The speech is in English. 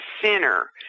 center